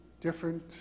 different